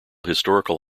historical